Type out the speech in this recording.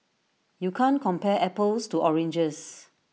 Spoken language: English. you can't compare apples to oranges